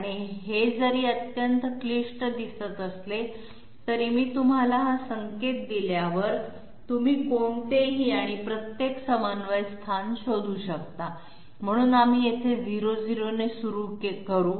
आणि हे जरी अत्यंत क्लिष्ट दिसत असले तरी मी तुम्हाला हा संकेत दिल्यावर तुम्ही कोणतेही आणि प्रत्येक समन्वय स्थान शोधू शकता म्हणून आम्ही येथे 00 ने सुरू करू